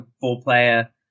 four-player